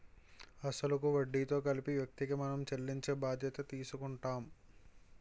అసలు కు వడ్డీతో కలిపి వ్యక్తికి మనం చెల్లించే బాధ్యత తీసుకుంటాం